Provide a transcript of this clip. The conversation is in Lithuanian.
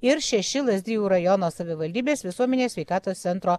ir šeši lazdijų rajono savivaldybės visuomenės sveikatos centro